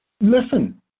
Listen